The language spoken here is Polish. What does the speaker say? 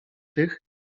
tych